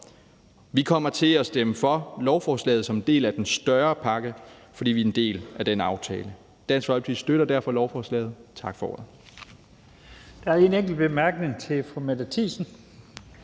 Vi kommer til at stemme for lovforslaget som en del af den større pakke, fordi vi er en del af den aftale. Dansk Folkeparti støtter derfor lovforslaget. Tak for ordet.